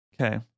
Okay